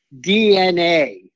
DNA